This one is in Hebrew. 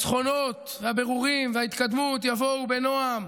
שהניצחונות, הבירורים וההתקדמות יבואו בנועם